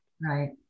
Right